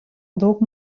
daug